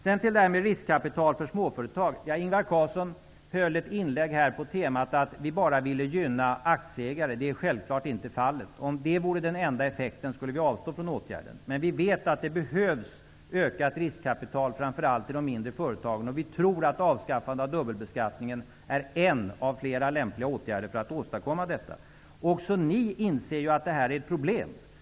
Sedan till frågan om riskkapital för småföretag. Ingvar Carlsson gjorde ett inlägg på temat att vi bara ville gynna aktieägare. Det är självklart inte fallet. Om det vore den enda effekten, skulle vi avstå från åtgärden. Men vi vet att det behövs ökat riskkapital, framför allt i de mindre företagen, och vi tror att avskaffande av dubbelbeskattningen är en av flera lämpliga åtgärder för att åstadkomma detta. Också ni inser ju att det här är ett problem.